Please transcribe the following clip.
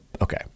okay